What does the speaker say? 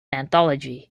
anthology